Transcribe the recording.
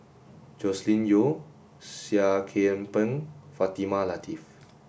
Joscelin Yeo Seah Kian Peng Fatimah Lateef